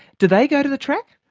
do they go to the track?